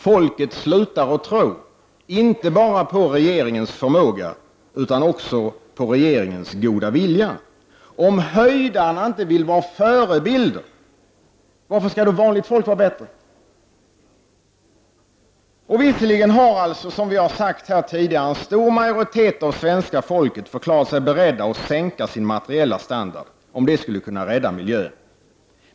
Folket slutar inte bara att tro på regeringens förmåga utan också på regeringens goda vilja. Om höjdarna inte vill vara förebilder — varför skall då vanligt folk vara bättre? Visserligen har, som vi har sagt tidigare, en stor majoritet av svenska folket sagt att man är beredd att sänka sin materiella standard om det skulle kunna rädda miljön.